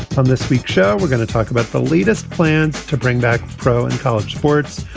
on this week's show, we're going to talk about the latest plans to bring back pro and college sports.